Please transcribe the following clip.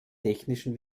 technischen